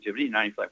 95%